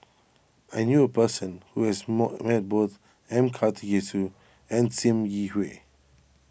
I knew a person who has more met both M Karthigesu and Sim Yi Hui